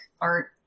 art